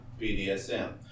BDSM